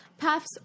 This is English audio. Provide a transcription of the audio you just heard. Puffs